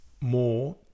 more